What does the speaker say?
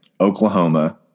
Oklahoma